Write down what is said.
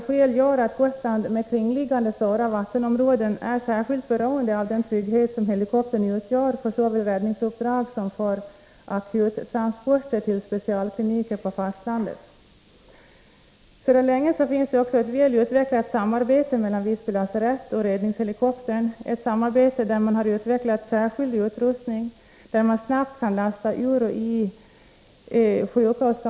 Under våren och sommaren har ideliga ubåtskränkningar förekommit, och riksdagen beslutade också under våren att förstärka ubåtsförsvaret med 250 miljoner. Detta har föranlett chefen för marinen att föreslå att utöver marinens tio egna helikoptrar även få ta i anspråk fyra av de tio som är flygvapnets.